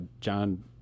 John